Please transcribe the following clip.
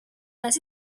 does